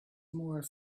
more